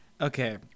Okay